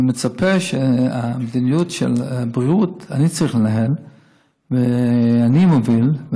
אני מצפה שאת המדיניות של הבריאות אני צריך לנהל ואני מוביל,